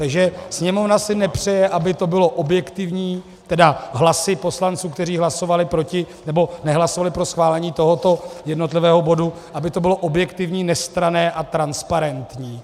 Takže Sněmovna si nepřeje, aby to bylo objektivní, tedy hlasy poslanců, kteří hlasovali proti nebo nehlasovali pro schválení tohoto jednotlivého bodu, aby to bylo objektivní, nestranné a transparentní.